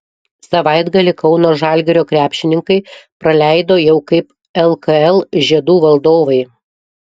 savaitgalį kauno žalgirio krepšininkai praleido jau kaip lkl žiedų valdovai